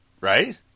Right